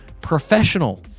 professional